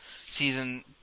season